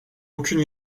aucune